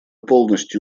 полностью